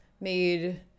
made